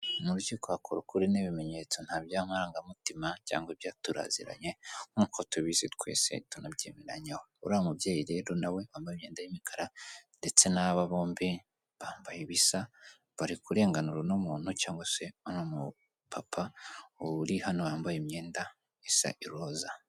Mu rukiko hakora ukuri n'ibimenyetso nta by'amarangamutima cyangwa byaturaziranye nkuko tubizi twese tunabyemeranya. Uriya mubyeyi rero nawe wambaye imyenda y'umukara ndetse n'aba bombi bambaye ibisa barikurenganura uno muntu cyangwa se n'umupapa uri hano wambaye imyenda isa iroza.